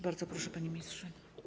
Bardzo proszę, panie ministrze.